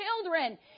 children